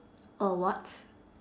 uh what